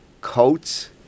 coats